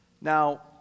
Now